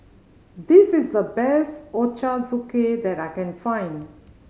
this is the best Ochazuke that I can find